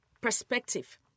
perspective